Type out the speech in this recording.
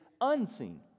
unseen